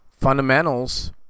fundamentals